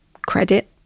Credit